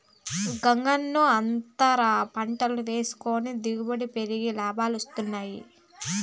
గంగన్నో, అంతర పంటలు వేసావనుకో దిగుబడి పెరిగి లాభాలొస్తాయి